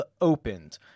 opened